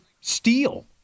steel